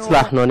הצלחנו.